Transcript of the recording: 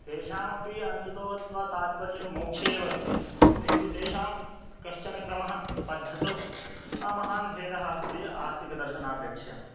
तेषामपि अन्ततो गत्वा तात्पर्यं मोक्ष एव अस्ति किन्तु तेषां कश्चन क्रमः पद्धतौ महान् भेदः अस्ति आस्तिकदर्शनापेक्षया